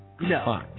No